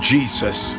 Jesus